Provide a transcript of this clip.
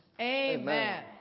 Amen